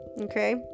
okay